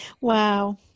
Wow